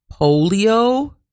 polio